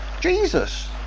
jesus